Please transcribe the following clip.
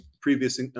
previous